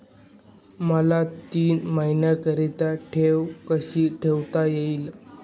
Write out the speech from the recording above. मला तीन महिन्याकरिता ठेव कशी ठेवता येईल?